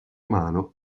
mano